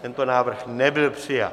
Tento návrh nebyl přijat.